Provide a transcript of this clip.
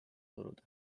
suruda